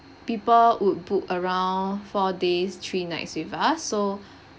people would book around four days three nights with us so